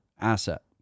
asset